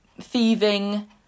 thieving